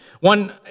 One